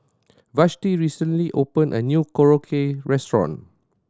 Vashti recently opened a new Korokke Restaurant